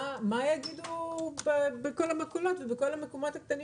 מה יגידו בכל המכולות ובכל המקומות הקטנים